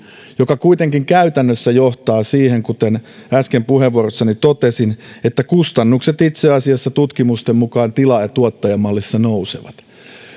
joka kuitenkin käytännössä johtaa siihen kuten äsken puheenvuorossani totesin että kustannukset itse asiassa tutkimusten mukaan tilaaja tuottaja mallissa nousevat